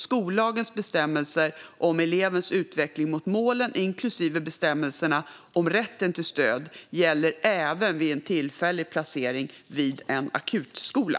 Skollagens bestämmelser om elevens utveckling mot målen, inklusive bestämmelserna om rätten till stöd, gäller även vid en tillfällig placering vid en akutskola.